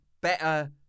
better